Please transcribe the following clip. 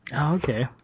Okay